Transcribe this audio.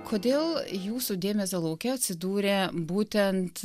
kodėl jūsų dėmesio lauke atsidūrė būtent